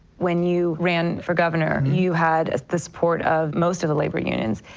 when you ran for governor, you had the support of most of the labor unions,